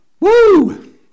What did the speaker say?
Woo